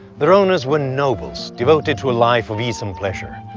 their owners were nobles devoted to a life of ease and pleasure,